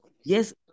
Yes